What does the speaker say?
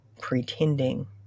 pretending